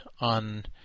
on